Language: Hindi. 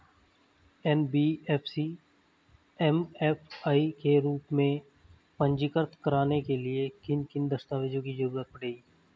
एन.बी.एफ.सी एम.एफ.आई के रूप में पंजीकृत कराने के लिए किन किन दस्तावेजों की जरूरत पड़ेगी?